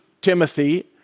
timothy